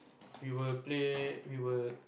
we will play we will